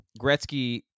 Gretzky